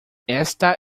esta